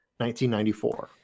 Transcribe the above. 1994